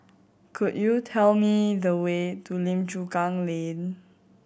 could you tell me the way to Lim Chu Kang Lane